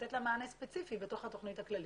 ולתת לה מענה ספציפי בתוך התוכנית הכללית.